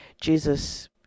Jesus